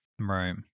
right